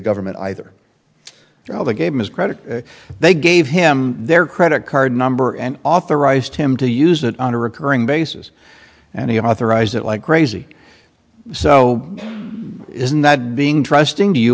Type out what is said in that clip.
government either all they gave his credit they gave him their credit card number and authorized him to use it on a recurring basis and he authorized it like crazy so isn't that being trusting